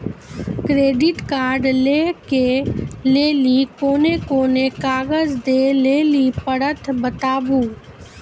Credit card लै के लेली कोने कोने कागज दे लेली पड़त बताबू?